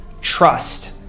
trust